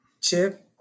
Chip